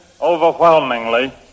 overwhelmingly